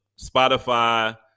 Spotify